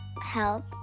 help